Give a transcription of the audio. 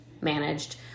managed